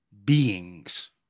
Beings